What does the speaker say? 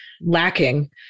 lacking